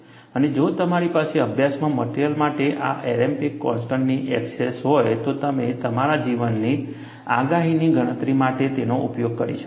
અને જો તમારી પાસે અભ્યાસમાં મટેરીઅલ માટે આ એમ્પિરિકલ કોન્સ્ટન્ટ્સની ઍક્સેસ હોય તો તમે તમારા જીવનની આગાહીની ગણતરી માટે તેનો ઉપયોગ કરી શકશો